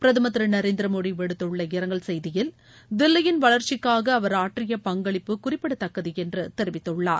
பிரதமர் திரு நரேந்திரமோடி விடுத்துள்ள இரங்கல் செய்தியில் தில்லியின் வளர்ச்சிக்காக அவர் ஆற்றிய பங்களிப்பு குறிப்பிடத்தக்கது என்று தெரிவித்துள்ளார்